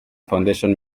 foundation